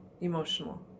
emotional